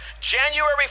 January